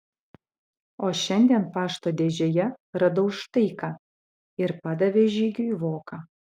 o šiandien pašto dėžėje radau štai ką ir padavė žygiui voką